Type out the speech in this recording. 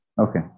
Okay